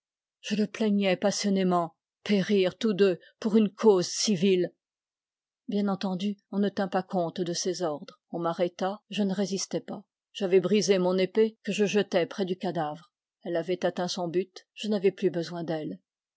je le plaignais passionnément périr tous deux pour une cause si vile bien entendu on ne tint pas compte de ses ordres on m'arrêta je ne résistai pas j'avais brisé mon épée que je jetai près du cadavre elle avait atteint son but je n'avais plus besoin d'elle